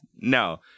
No